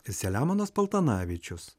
selemonas paltanavičius